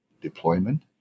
deployment